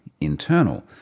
internal